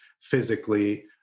physically